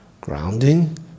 grounding